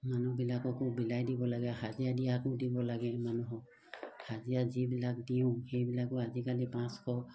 মানুহবিলাককো বিলাই দিব লাগে হাজিৰা দিয়াকো দিব লাগে মানুহক হাজিৰা যিবিলাক দিওঁ সেইবিলাকো আজিকালি পাঁচশ